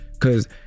Cause